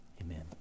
Amen